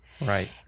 Right